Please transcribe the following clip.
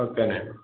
ఓకేనండి